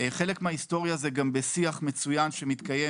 חלק מההיסטוריה זה גם בשיח מצוין שמתקיים